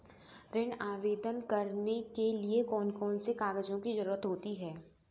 ऋण आवेदन करने के लिए कौन कौन से कागजों की जरूरत होती है?